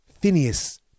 Phineas